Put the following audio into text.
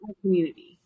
community